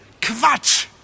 Quatsch